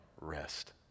rest